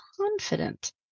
confident